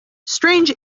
strange